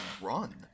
run